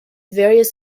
various